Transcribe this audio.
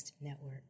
Network